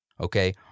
okay